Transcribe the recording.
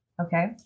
Okay